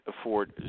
afford